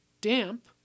damp